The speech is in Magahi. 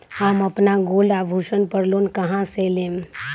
हम अपन गोल्ड आभूषण पर लोन कहां से लेम?